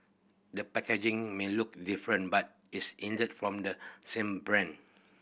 the packaging may look different but it's indeed from the same brand